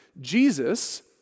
Jesus